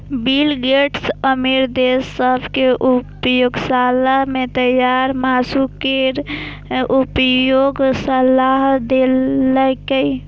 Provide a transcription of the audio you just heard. bill Gates अमीर देश सभ कें प्रयोगशाला मे तैयार मासु केर उपभोगक सलाह देलकैए